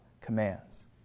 commands